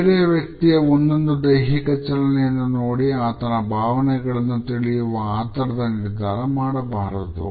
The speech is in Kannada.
ಬೇರೆ ವ್ಯಕ್ತಿಯ ಒಂದೊಂದು ದೈಹಿಕ ಚಲನೆಯನ್ನು ನೋಡಿ ಆತನ ಭಾವನೆಗಳನ್ನು ತಿಳಿಯುವ ಆತುರದ ನಿರ್ಧಾರ ಮಾಡಬಾರದು